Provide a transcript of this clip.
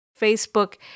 Facebook